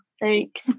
Thanks